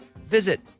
visit